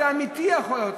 זה באמת יכול להיות.